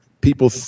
People